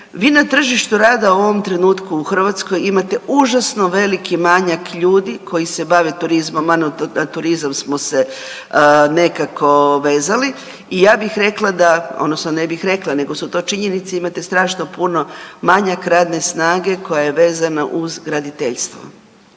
Vi na tržištu rada u ovom trenutku u Hrvatskoj imate užasno veliki manjak ljudi koji se bave turizmom, na turizam smo se nekako vezali i ja bih rekla da odnosno ne bih rekla nego su to činjenice, imate strašno puno manjak radne snage koja je vezana uz graditeljstvo.